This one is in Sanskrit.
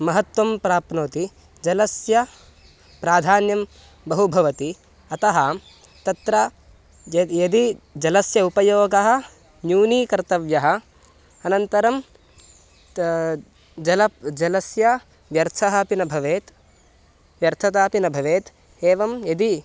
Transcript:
महत्त्वं प्राप्नोति जलस्य प्राधान्यं बहु भवति अतः तत्र ज यदि जलस्य उपयोगः न्यूनीकर्तव्यः अनन्तरं त जलं जलस्य व्यर्थः अपि न भवेत् व्यर्थता अपि न भवेत् एवं यदि